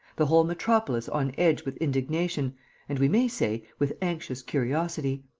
the whole metropolis on edge with indignation and, we may say, with anxious curiosity.